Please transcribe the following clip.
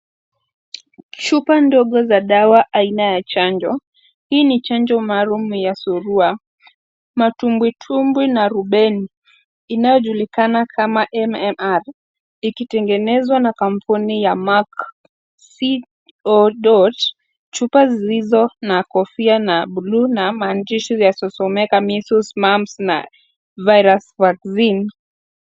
Chupa ndogo za dawa aina ya chanjo, hii ni chanjo maalumu ya surua matumbwitumbwi na rubela. Inayojulikana kama MMR, ikitengenezwa na kampuni ya Merc CO. Chupa zilizo na kofia ya bluu, na maandishi yaliyosomeka Measles, Mumps na Rubella vaccine.